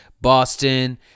Boston